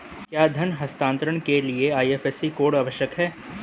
क्या धन हस्तांतरण के लिए आई.एफ.एस.सी कोड आवश्यक है?